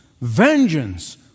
vengeance